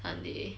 sunday